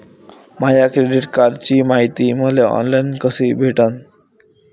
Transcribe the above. माया credit कार्डची मायती मले ऑनलाईन कसी भेटन?